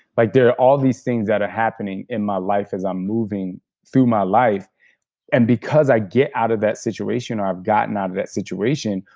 like there are all these things that are happening in my life as i'm moving through my life and because i get out of that situation or i've gotten out of that situation,